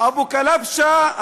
אבו קלבשה,